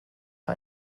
für